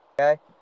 okay